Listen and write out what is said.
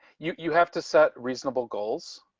you you have to set reasonable goals.